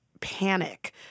panic